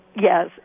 Yes